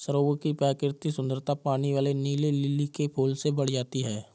सरोवर की प्राकृतिक सुंदरता पानी वाले नीले लिली के फूल से बढ़ जाती है